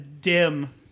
dim